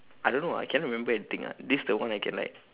I don't know ah I cannot remember anything ah this is the one I can like